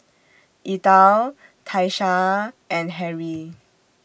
Ethyl Tiesha and Harrie